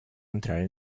entrare